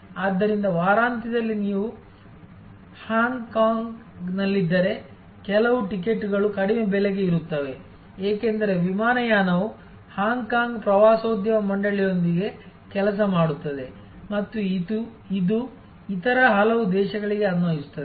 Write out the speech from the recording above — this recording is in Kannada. ಆದ್ದರಿಂದ ವಾರಾಂತ್ಯದಲ್ಲಿ ನೀವು ಹಾಂಗ್ ಕಾಂಗ್ನಲ್ಲಿದ್ದರೆ ಕೆಲವು ಟಿಕೆಟ್ಗಳು ಕಡಿಮೆ ಬೆಲೆಗೆ ಇರುತ್ತವೆ ಏಕೆಂದರೆ ವಿಮಾನಯಾನವು ಹಾಂಗ್ ಕಾಂಗ್ ಪ್ರವಾಸೋದ್ಯಮ ಮಂಡಳಿಯೊಂದಿಗೆ ಕೆಲಸ ಮಾಡುತ್ತದೆ ಮತ್ತು ಇದು ಇತರ ಹಲವು ದೇಶಗಳಿಗೆ ಅನ್ವಯಿಸುತ್ತದೆ